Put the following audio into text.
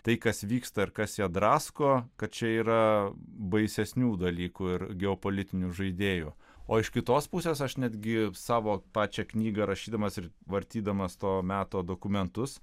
tai kas vyksta ir kas ją drasko kad čia yra baisesnių dalykų ir geopolitinių žaidėjų o iš kitos pusės aš netgi savo pačią knygą rašydamas ir vartydamas to meto dokumentus